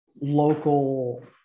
local